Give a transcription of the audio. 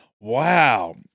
Wow